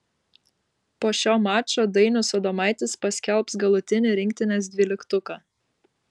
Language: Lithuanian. po šio mačo dainius adomaitis paskelbs galutinį rinktinės dvyliktuką